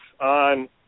on